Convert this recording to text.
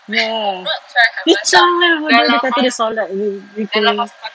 oh dia comel bodoh dia kata dia solat